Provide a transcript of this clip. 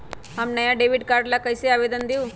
हम नया debit card ला कईसे आवेदन दिउ?